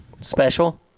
special